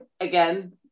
again